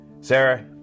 Sarah